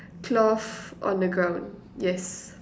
cloth on the ground yes